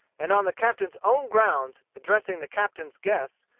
and on the captain's own grounds, addressing the captain's guests,